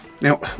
Now